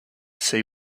see